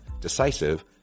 decisive